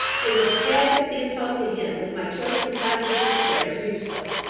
it is a tacit insult to him as my choice and confidential friend to do so,